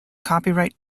copyright